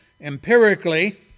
empirically